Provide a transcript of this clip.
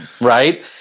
right